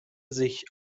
sich